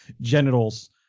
genitals